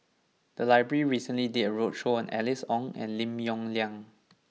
the library recently did a roadshow on Alice Ong and Lim Yong Liang